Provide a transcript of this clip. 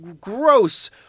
gross